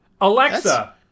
Alexa